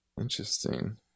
Interesting